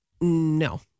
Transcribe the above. No